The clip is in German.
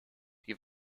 die